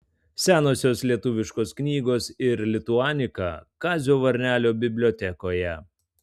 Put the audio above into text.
senosios lietuviškos knygos ir lituanika kazio varnelio bibliotekoje